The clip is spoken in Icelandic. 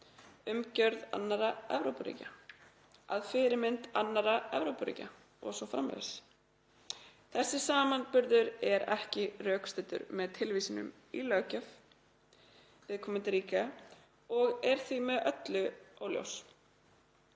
umgjörð annarra Evrópuríkja, að fyrirmynd annarra Evrópuríkja o.s.frv. Þessi samanburður er ekki rökstuddur með tilvísunum í löggjöf viðkomandi ríkja og er því með öllu óljós.